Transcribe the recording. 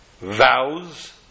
vows